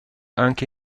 anche